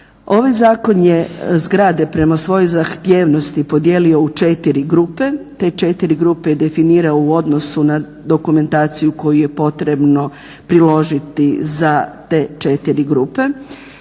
Ovaj zakon je zgrade prema svojoj zahtjevnosti podijelio u četiri grupe, te četiri grupe je definirao u odnosu na dokumentaciju koju je potrebno priložiti za te četiri grupe.